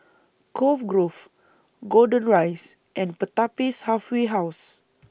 Cove Grove Golden Rise and Pertapis Halfway House